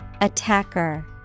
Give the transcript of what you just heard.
Attacker